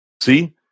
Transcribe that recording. See